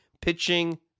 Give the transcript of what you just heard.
Pitching